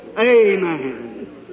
Amen